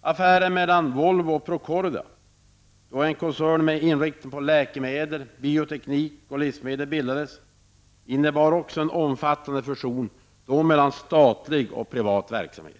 Affären mellan Volvo och Procordia -- då en koncern med inriktning på läkemedel, bioteknik och livsmedel bildades -- innebar också en omfattande fusion, i det här fallet mellan statlig och privat verksamhet.